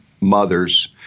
mothers